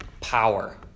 power